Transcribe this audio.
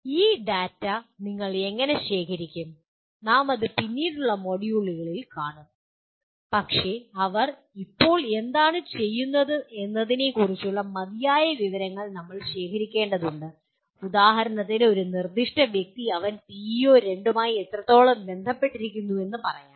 ഈ ഡാറ്റ നിങ്ങൾ എങ്ങനെ ശേഖരിക്കും നാം അത് പിന്നീടുള്ള മൊഡ്യൂളിൽ കാണും പക്ഷേ അവർ ഇപ്പോൾ എന്താണ് ചെയ്യുന്നതെന്നതിനെക്കുറിച്ചുള്ള മതിയായ വിവരങ്ങൾ നമ്മൾ ശേഖരിക്കേണ്ടതുണ്ട് ഉദാഹരണത്തിന് ഒരു നിർദ്ദിഷ്ട വ്യക്തി അവൻ പിഇഒ2 മായി എത്രത്തോളം ബന്ധപ്പെട്ടിരിക്കുന്നുവെന്ന് പറയാൻ